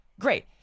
great